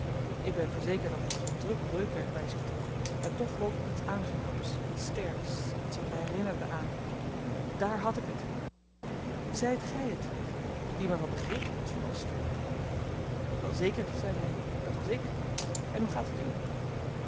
ik ben verzekerd dat hy geen drup reukwerk by zich droeg en toch rook ik iets aangenaams iets sterks iets wat me herinnerde aan daar had ik het zyt gy het riep ik die my van den griek hebt verlost wel zeker zeide hy dat was ik en hoe gaat het u